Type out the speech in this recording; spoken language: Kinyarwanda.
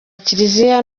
kiliziya